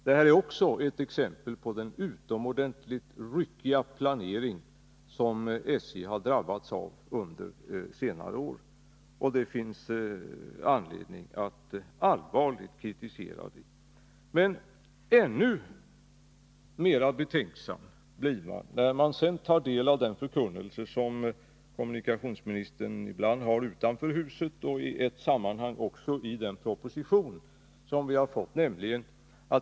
Detta är också ett exempel på den utomordentligt ryckiga planering som SJ har drabbats av under senare år. Det finns anledning att allvarligt kritisera den. Men ännu mera betänksam blir man när man tar del av den järnvägspolitiska förkunnelse som kommunikationsministern ibland framför utanför detta hus och som även antytts i den proposition vi har fått.